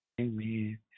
Amen